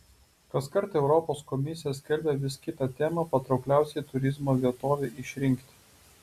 kaskart europos komisija skelbia vis kitą temą patraukliausiai turizmo vietovei išrinkti